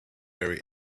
very